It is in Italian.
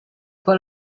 con